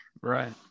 Right